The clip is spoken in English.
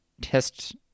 test